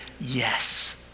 yes